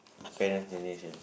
parent generation